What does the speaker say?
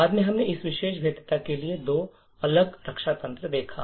बाद में हमने इस विशेष भेद्यता के लिए दो अलग रक्षा तंत्र देखा